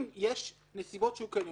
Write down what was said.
אם יש נסיבות שהוא כן יודע,